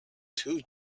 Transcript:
two